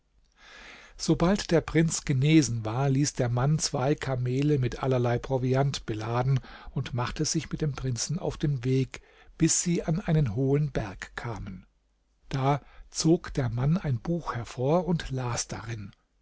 sobald der prinz genesen war ließ der mann zwei kamele mit allerlei proviant beladen und machte sich mit dem prinzen auf den weg bis sie an einen hohen berg kamen da zog der mann ein buch hervor und las darin